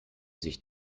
sich